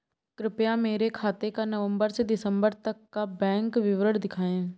कृपया मेरे खाते का नवम्बर से दिसम्बर तक का बैंक विवरण दिखाएं?